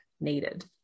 needed